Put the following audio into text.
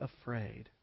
afraid